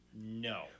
No